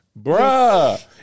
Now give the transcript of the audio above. Bruh